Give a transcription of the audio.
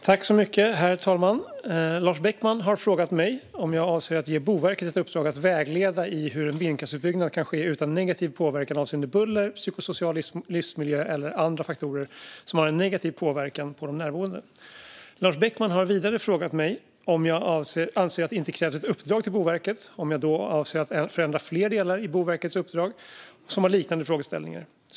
Herr talman! Lars Beckman har frågat mig om jag avser att ge Boverket ett uppdrag att vägleda i hur en vindkraftsutbyggnad kan ske utan negativ påverkan avseende buller, psykosocial livsmiljö eller andra faktorer som har en negativ påverkan på de närboende. Lars Beckman har vidare frågat mig om jag anser att det inte krävs ett uppdrag till Boverket och om jag då avser att förändra fler delar i Boverkets uppdrag som har liknande frågeställningar.